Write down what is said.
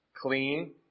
clean